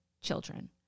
children